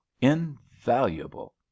invaluable